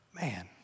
Man